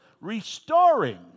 Restoring